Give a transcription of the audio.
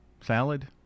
salad